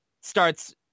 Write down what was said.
starts